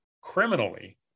criminally